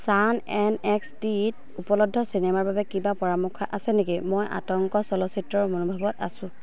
San N X T ত উপলব্ধ চিনেমাৰ বাবে কিবা পৰামৰ্শ আছে নেকি মই আতংক চলচ্চিত্ৰৰ মনোভাৱত আছো